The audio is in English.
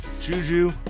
juju